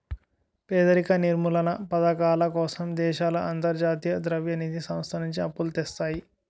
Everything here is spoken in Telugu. పేదరిక నిర్మూలనా పధకాల కోసం దేశాలు అంతర్జాతీయ ద్రవ్య నిధి సంస్థ నుంచి అప్పులు తెస్తాయి